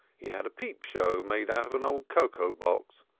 he had a peep-show, made out of an old cocoa box,